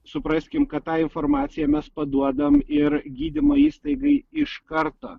supraskim kad tą informaciją mes paduodam ir gydymo įstaigai iš karto